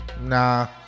nah